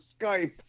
Skype